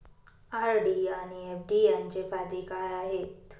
RD आणि FD यांचे फायदे काय आहेत?